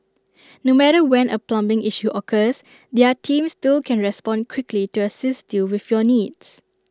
no matter when A plumbing issue occurs their team still can respond quickly to assist you with your needs